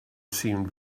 seemed